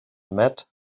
met